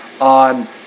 on